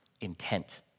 Intent